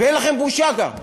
ואין לכם בושה גם.